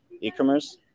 e-commerce